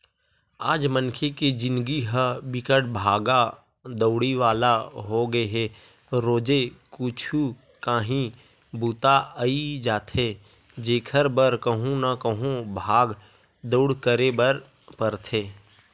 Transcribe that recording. आज मनखे के जिनगी ह बिकट भागा दउड़ी वाला होगे हे रोजे कुछु काही बूता अई जाथे जेखर बर कहूँ न कहूँ भाग दउड़ करे बर परथे